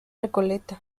recoleta